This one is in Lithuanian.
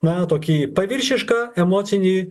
na tokį paviršišką emocinį